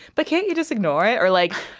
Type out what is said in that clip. but can't you just ignore it? or like,